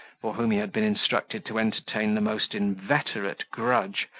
for whom he had been instructed to entertain the most inveterate grudge,